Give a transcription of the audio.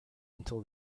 until